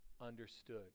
understood